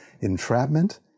Entrapment